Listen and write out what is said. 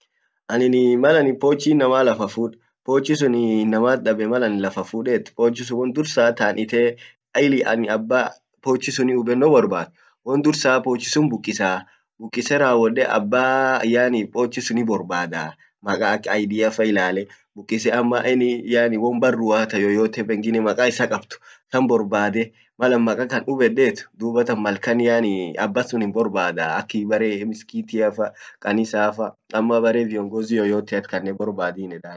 anin mallan pochi inamma lafa fud pochi sunpochi sun inamat dabe malan lafa fudet pochi sun won dursa taan ite ili an abba pochi suni hubbeno borbad won dursa pochi sun bukkisaabukkise rawwode abbaa pochi suni yaani pochi suni borbadaa ak aidiafa ilale bukkise ama any yani won barrua yoyoye pengine ta maka isa kabd tan borbade malan maka kan hubeddet malkan yaani maka sunnin borbadaa akii bare miskitiafa kanisafa ama bare viongozi yoyotea borbadin edanii